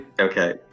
okay